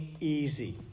easy